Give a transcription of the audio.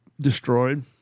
destroyed